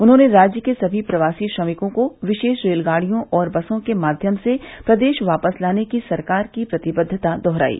उन्होंने राज्य के सभी प्रवासी श्रमिकों को विशेष रेलगाड़ियों और बसों के माध्यम से प्रदेश वापस लाने की सरकार की प्रतिबद्वता दोहरायी